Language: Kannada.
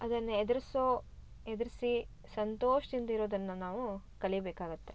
ಅದನ್ನು ಎದ್ರಿಸೋ ಎದುರಿಸಿ ಸಂತೋಷದಿಂದ್ ಇರೋದನ್ನು ನಾವೂ ಕಲಿಬೇಕಾಗುತ್ತೆ